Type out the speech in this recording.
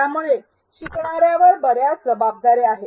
त्यामुळे शिकणाऱ्यावर बऱ्याच जबाबदाऱ्या आहेत